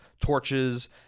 torches